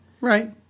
Right